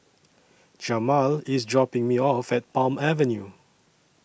Jamal IS dropping Me off At Palm Avenue